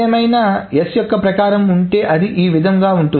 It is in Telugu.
ఏదేమైనా s యొక్క ప్రకారము ఉంటే అది ఈ విధముగా ఉంటుంది